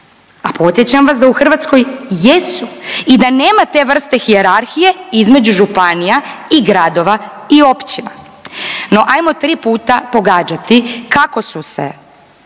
a podsjećam vas da u Hrvatskoj jesu i da nema te vrste hijerarhije između županija i gradova i općina. No, hajmo tri puta pogađati kako su se